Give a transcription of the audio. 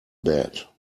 bad